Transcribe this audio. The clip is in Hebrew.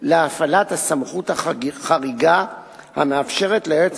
להפעלת הסמכות החריגה המאפשרת ליועץ